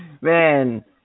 man